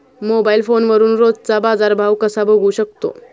Mobile फोनवरून रोजचा बाजारभाव कसा बघू शकतो?